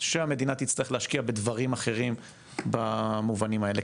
שהמדינה תצטרך להשקיע בדברים אחרים במובנים האלה,